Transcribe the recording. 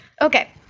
Okay